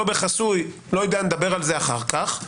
לא חסוי נדבר על זה אחר כך,